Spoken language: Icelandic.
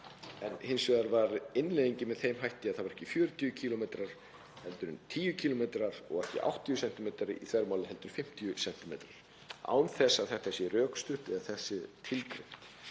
en hins vegar var innleiðingin með þeim hætti að það voru ekki 40 km heldur 10 km og ekki 80 cm í þvermál heldur 50 cm án þess að það væri rökstutt eða tilgreint.